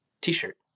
T-shirt